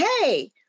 hey